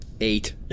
Eight